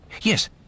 Yes